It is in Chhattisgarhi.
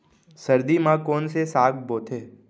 सर्दी मा कोन से साग बोथे?